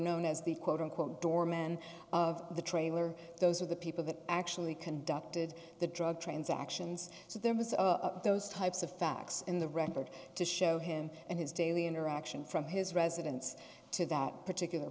known as the quote unquote doorman of the trailer those are the people that actually conducted the drug transactions so there was those types of facts in the record to show him and his daily interaction from his residence to that particular